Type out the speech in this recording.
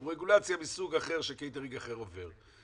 היא רגולציה מסוג אחר שקייטרינג אחר עובר.